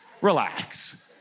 Relax